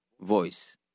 voice